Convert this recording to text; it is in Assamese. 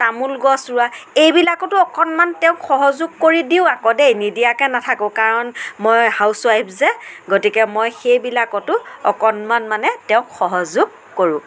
তামোল গছ ৰুৱা এইবিলাকতো অকণমান তেওঁক সহযোগ কৰি দিওঁ আকৌ দেই নিদিয়াকৈ নাথাকোঁ কাৰণ মই হাউচ ৱাইফ যে গতিকে মই সেইবিলাকতো অকণমান মানে তেওঁক সহযোগ কৰোঁ